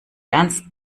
ernst